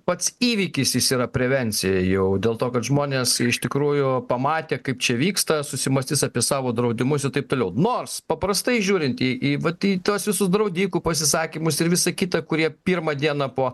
pats įvykis jis yra prevencija jau dėl to kad žmonės iš tikrųjų pamatė kaip čia vyksta susimąstys apie savo draudimus ir taip toliau nors paprastai žiūrint į į vat į tuos visus draudikų pasisakymus ir visą kitą kurie pirmą dieną po